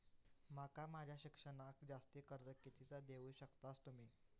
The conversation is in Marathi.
माका माझा शिक्षणाक जास्ती कर्ज कितीचा देऊ शकतास तुम्ही?